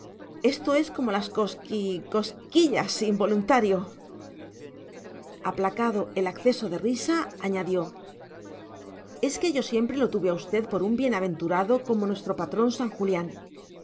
esto es como las cosqui cosquillas involuntario aplacado el acceso de risa añadió es que yo siempre lo tuve a usted por un bienaventurado como nuestro patrón san julián